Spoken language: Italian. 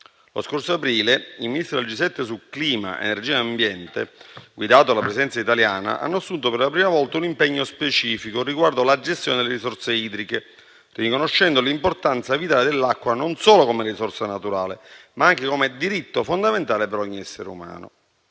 Lo scorso aprile i Ministri del G7 su clima, energia e ambiente, guidato dalla Presidenza italiana, hanno assunto per la prima volta un impegno specifico riguardo alla gestione delle risorse idriche, riconoscendo l'importanza vitale dell'acqua non solo come risorsa naturale, ma anche come diritto fondamentale per ogni essere umano.